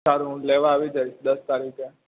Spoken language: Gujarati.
સારું હું લેવા આવી જઈશ દસ તારીખે